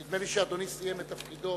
נדמה לי שאדוני סיים את תפקידו